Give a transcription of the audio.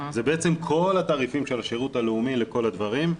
זה כל התעריפים של השירות הלאומי לכל הדברים.